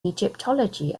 egyptology